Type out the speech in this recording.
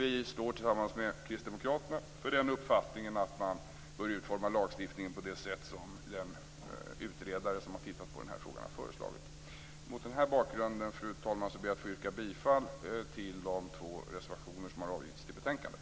Vi står tillsammans med Kristdemokraterna för uppfattningen att man bör utforma lagstiftningen på det sätt som den utredare som har tittat på frågan har föreslagit. Mot denna bakgrund, fru talman, ber jag att få yrka bifall till de två reservationer som har avgivits till betänkandet.